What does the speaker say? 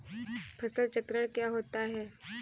फसल चक्रण क्या होता है?